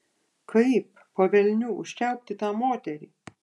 kaip po velnių užčiaupti tą moterį